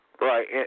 Right